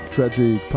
Tragic